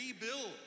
rebuild